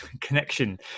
connection